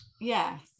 Yes